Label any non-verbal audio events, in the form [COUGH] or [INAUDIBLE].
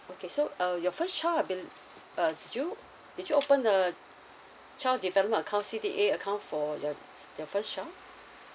okay so uh your first child I bel~ uh did you did you open the child development account C_D_A account for your [NOISE] your first child